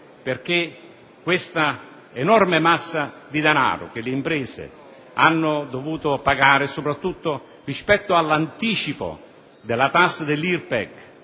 perché questa enorme massa di denaro che le imprese hanno dovuto pagare, soprattutto, rispetto all'anticipo della tassa dell'IRPEG